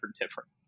different